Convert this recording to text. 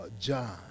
John